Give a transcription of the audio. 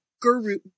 guru